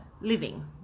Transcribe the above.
living